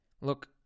look